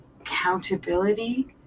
accountability